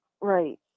Right